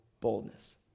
boldness